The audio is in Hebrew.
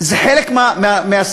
זה חלק מהסיפור.